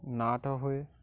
ନାଟ ହଏ